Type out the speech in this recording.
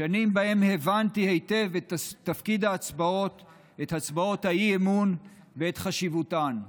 שנים שבהן הבנתי היטב את תפקיד הצבעות האי-אמון ואת חשיבותן,